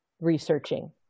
researching